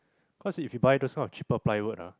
cause if you buy those kind of cheaper plywood ah